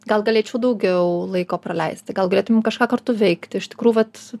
gal galėčiau daugiau laiko praleisti gal galėtumėm kažką kartu veikti iš tikrų vat